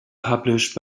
published